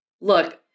Look